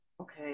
Okay